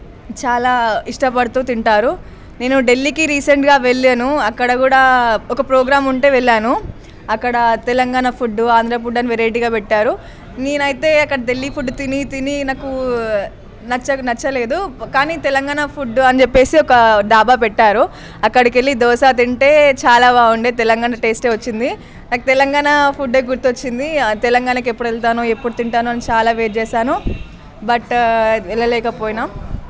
చాలా ఇష్టపడుతూ తింటారు నేను ఢిల్లీకి రీసెంట్గా వెళ్లను అక్కడ కూడా ఒక ప్రోగ్రాం ఉంటే వెళ్ళాను అక్కడ తెలంగాణ ఫుడ్ ఆంధ్ర ఫుడ్ అని వెరైటీగా పెట్టారు నేనైతే అక్కడ ఢిల్లీ ఫుడ్ తిని తిని నాకు నచ్చక నచ్చలేదు కానీ తెలంగాణ ఫుడ్ అని చెప్పేసి ఒక డాబా పెట్టారు అక్కడికి వెళ్లి దోస తింటే చాలా బాగుండే తెలంగాణ టేస్ట్ వచ్చింది నాకు తెలంగాణ ఫుడే గుర్తొచ్చింది తెలంగాణకి ఎప్పుడు వెళ్తాను ఎప్పుడు తింటాను అని చాలా వెయిట్ చేసాను బట్ట వెళ్లలేకపోయినా